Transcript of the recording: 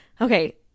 okay